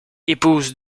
épouse